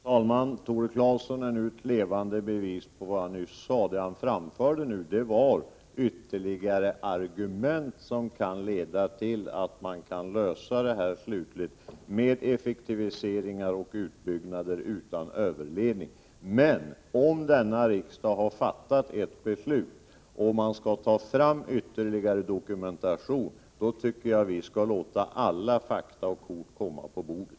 Herr talman! Tore Claeson utgör ett levande bevis på vad jag nyss sade. Det han nu framförde var exempel på de ytterligare argument som kan leda till att man slutligen kan lösa frågan genom effektiviseringar och utbyggnader utan överledning. Men om denna riksdag har fattat ett beslut och ytterligare dokumentation skall tas fram, tycker jag att vi skall låta alla fakta och kort läggas på bordet.